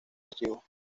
archivo